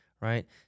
Right